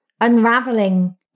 unraveling